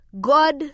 God